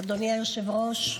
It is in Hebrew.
אדוני היושב-ראש,